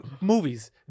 Movies